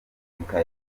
muzika